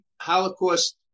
Holocaust